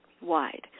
wide